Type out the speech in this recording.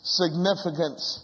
significance